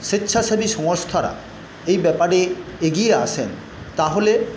স্বেচ্ছাসেবী সংস্থারা এই ব্যাপারে এগিয়ে আসেন তাহলে